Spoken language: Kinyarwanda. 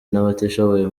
n’abatishoboye